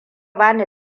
bani